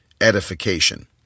edification